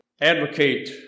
Advocate